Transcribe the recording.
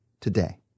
today